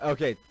Okay